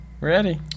ready